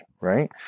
right